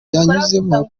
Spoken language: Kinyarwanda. yanyuzemo